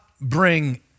bring